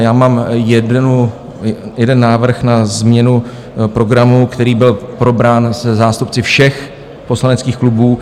Já mám jeden návrh na změnu programu, který byl probrán se zástupci všech poslaneckých klubů.